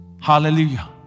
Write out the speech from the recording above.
Hallelujah